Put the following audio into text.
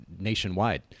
nationwide